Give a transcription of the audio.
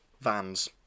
Vans